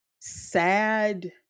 sad